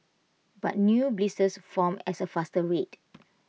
but new blisters formed as A faster rate